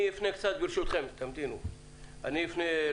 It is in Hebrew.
אני אפנה ברשותכם לזום.